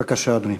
בבקשה, אדוני.